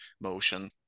motion